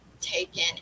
taken